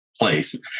place